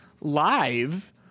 Live